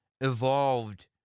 evolved